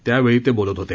त्यावेळी ते बोलत होते